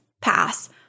pass